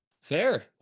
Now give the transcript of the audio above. Fair